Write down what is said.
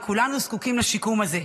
וכולנו זקוקים לשיקום הזה.